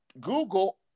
Google